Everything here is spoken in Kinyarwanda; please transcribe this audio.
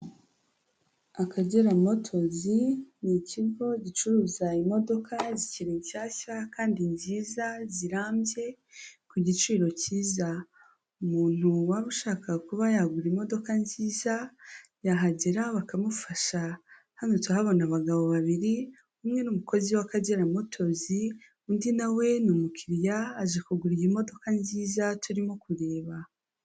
Akagera motozi ni ikigo gicuruza imodoka zikiri nshyashya kandi nziza zirambye, ku giciro cyiza umuntu waba ushaka kuba yagura imodoka nziza, yahagera bakamufasha, hano turahabona abagabo babiri, umwe ni umukozi w'Akagera motozi, undi na we ni umukiriya aje kugurarira iyi modoka nziza turimo kureba.